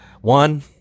one